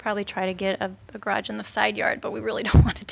probably try to get the garage on the side yard but we really don't want to